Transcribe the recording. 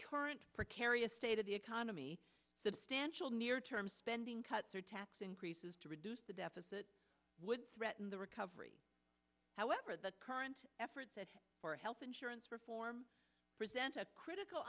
current precarious state of the economy the stench will near term spending cuts or tax increases to reduce the deficit would threaten the recovery however the current efforts health insurance reform present a critical